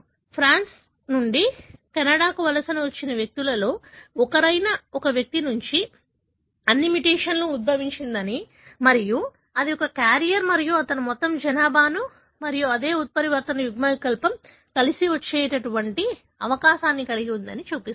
France నుండి కెనడాకు వలస వచ్చిన వ్యక్తులలో ఒకరైన ఒక వ్యక్తి నుండి అన్ని మ్యుటేషన్ ఉద్భవించిందని మరియు అది ఒక క్యారియర్ మరియు అతను మొత్తం జనాభాను మరియు అదే ఉత్పరివర్తన యుగ్మవికల్పం కలసి వచ్చే అవకాశాన్ని కలిగి ఉందని ఇది చూపిస్తుంది